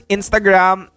Instagram